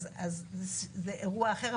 אז זה אירוע אחר.